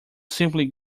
simply